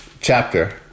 chapter